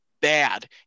bad